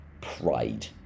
pride